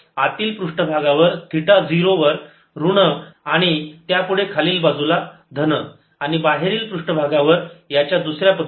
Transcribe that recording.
आतील पृष्ठभागावर थिटा 0 वर ऋण आणि आणि त्यापुढे खालील बाजूला धन आणि बाहेर पृष्ठभागावर याच्या दुसऱ्या पद्धतीने